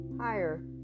higher